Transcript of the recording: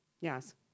Yes